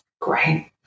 Great